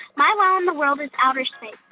my wow in the world is outer space.